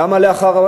למה לאחר,